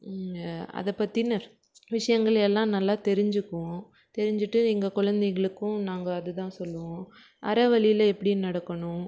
அதை பற்றின விஷயங்கள் எல்லாம் நல்லா தெரிஞ்சிப்போம் தெரிஞ்சுட்டு எங்கள் குழந்தைகளுக்கும் நாங்கள் அதுதான் சொல்வோம் அறவழியில் எப்படி நடக்கணும்